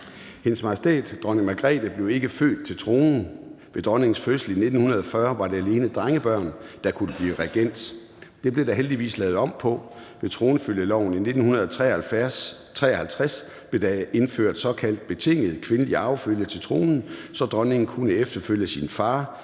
Hendes Majestæt Dronning Margrethe blev ikke født til tronen. Ved dronningens fødsel i 1940 var det alene drengebørn, som kunne blive regent. Det blev der heldigvis lavet om på. Ved tronfølgeloven i 1953 blev der indført såkaldt betinget kvindelig arvefølge til tronen, så dronningen kunne efterfølge sin far